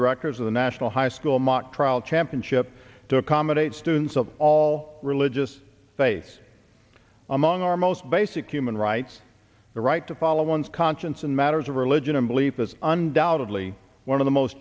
directors of the national high school mock trial championship to accommodate students of all religious faiths among our most basic human rights the right to follow one's conscience in matters of religion and belief has undoubtedly one of the most